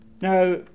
Now